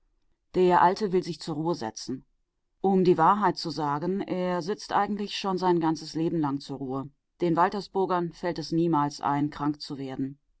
der alte will sich zur ruhe setzen um die wahrheit zu sagen er sitzt eigentlich schon sein ganzes leben lang zur ruhe den waltersburgern fällt es niemals ein krank zu werden